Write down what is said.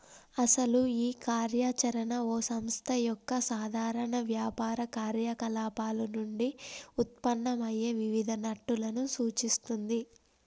అసలు ఈ కార్య చరణ ఓ సంస్థ యొక్క సాధారణ వ్యాపార కార్యకలాపాలు నుండి ఉత్పన్నమయ్యే వివిధ నట్టులను సూచిస్తుంది